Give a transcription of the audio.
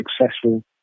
successful